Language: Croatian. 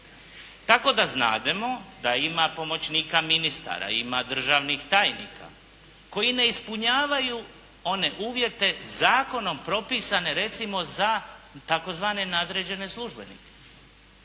Tako da znademo da ima pomoćnika ministara, ima državnih tajnika koji ne ispunjavaju one uvjete zakonom propisane recimo za tzv. nadređene službenike.